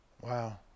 Wow